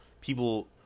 people